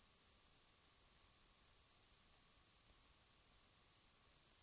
Det är effekten, inte ordvalet eller den mera yviga formuleringen, som vi eftersträvar.